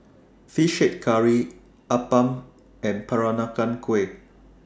Fish Head Curry Appam and Peranakan Kueh